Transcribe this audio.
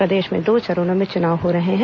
प्रदेश मे दो चरणों में चुनाव हो रहे हैं